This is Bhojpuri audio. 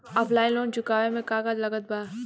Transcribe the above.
ऑफलाइन लोन चुकावे म का का लागत बा?